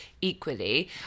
equally